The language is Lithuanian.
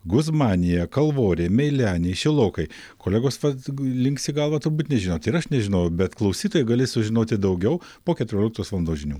guzmanija kalvorė meilenė šilokai kolegos pats linksi galvą turbūt nežinot ir aš nežinau bet klausytojai galės sužinoti daugiau po keturioliktos valandos žinių